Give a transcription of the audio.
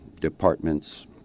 departments